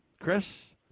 Chris